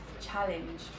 challenge